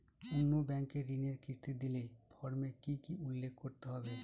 অন্য ব্যাঙ্কে ঋণের কিস্তি দিলে ফর্মে কি কী উল্লেখ করতে হবে?